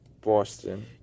Boston